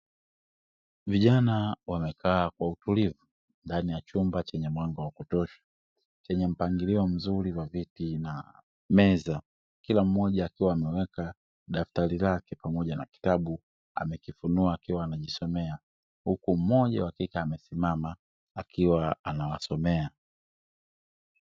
Vijana wamekaa kwa utulivu ndani ya chumba chenye mwanga wa kutosha, chenye mpangilio mzuri wa viti na meza. Kila mmoja akiwa ameweka daftari lake pamoja na kitabu amekifunua akiwa anajisomea. Huku mmoja wa kike amesimama akiwa anawasomea.